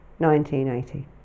1980